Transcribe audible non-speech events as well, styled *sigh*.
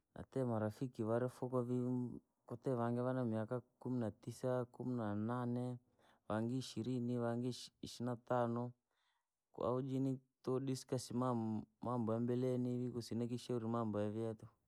Natite marafiki vaane vanifokoo vii, *hesitation* katitee vangi vanii na miaka kumi na tisa, kumi na nane, vangi ishirini, vangi ishi ishirini natano, kwaujini todiskatii mambo mambo ya mbeleni vii kusina kuishaa nii mambo ya via tukuu.